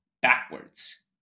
backwards